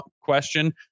question